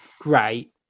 great